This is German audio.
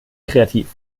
kreativ